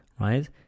right